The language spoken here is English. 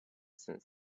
since